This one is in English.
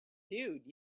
dude